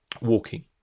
walking